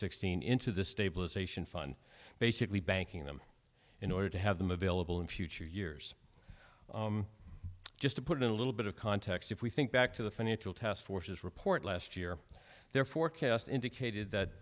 sixteen into the stabilization fund basically banking them in order to have them available in future years just to put a little bit of context if we think back to the financial task forces report last year their forecast indicated that